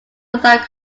without